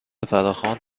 فراخوان